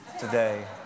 today